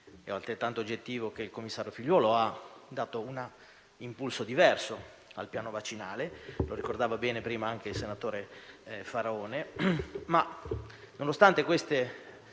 È altrettanto oggettivo che il commissario Figliuolo ha dato un impulso diverso al piano vaccinale, come ricordava bene prima anche il senatore Faraone, ma nonostante queste